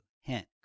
Hint